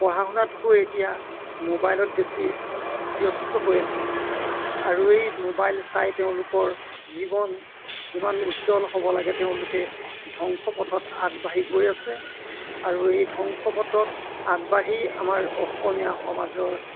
পঢ়া শুনাতকৈ এতিয়া মোবাইলত বেছি ব্যস্ত হৈ আছে আৰু এই মোবাইল চাই তেওঁলোকৰ জীৱন যিমান উজ্জ্বল হ'ব লাগে তেওঁলোকে ধ্বংসপথত আগবাঢ়ি গৈ আছে আৰু এই ধ্বংসপথত আগবাঢ়ি আমাৰ অসমীয়া সমাজৰ